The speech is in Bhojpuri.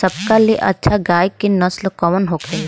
सबका ले अच्छा गाय के नस्ल कवन होखेला?